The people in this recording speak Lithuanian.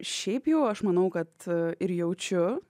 šiaip jau aš manau kad ir jaučiu